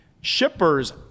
shippers